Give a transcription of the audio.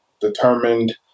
determined